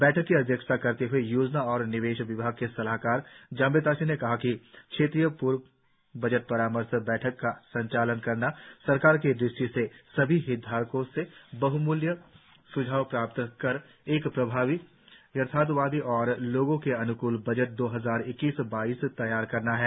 बैठक की अध्यक्षता करते हए योजना और निवेश विभाग के सलाहकार जंबे ताशी ने कहा कि क्षेत्रीय पूर्व बजट परामर्श बैठकों के संचालन करना सरकार की दृष्टि से सभी हितधारकों से बह्मूल्य स्झाव प्राप्त कर एक प्रभावी यथार्थवादी और लोगों के अन्कूल बजट दो हजार इक्कीस बाईस तैयार करना है